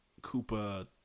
koopa